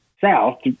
South